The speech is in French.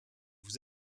vous